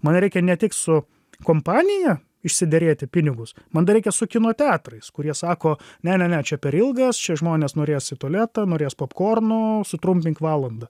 man reikia ne tik su kompanija išsiderėti pinigus man dar reikia su kino teatrais kurie sako ne ne ne čia per ilgas čia žmonės norės į tualetą norės popkornų sutrumpink valanda